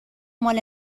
مال